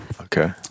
Okay